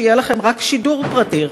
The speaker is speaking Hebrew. שיהיה לכם רק שידור פרטי,